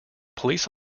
police